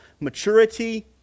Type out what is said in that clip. maturity